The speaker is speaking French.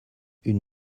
une